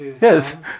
yes